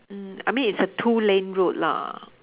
mm I mean it's a two lane road lah